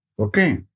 Okay